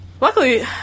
Luckily